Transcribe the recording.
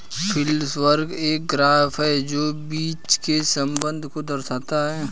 yield curve एक graph है जो बीच के संबंध को दर्शाता है